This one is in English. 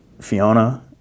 Fiona